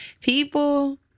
people